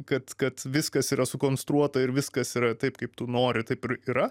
kad kad viskas yra sukonstruota ir viskas yra taip kaip tu nori taip ir yra